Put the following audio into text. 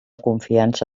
confiança